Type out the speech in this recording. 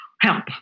Help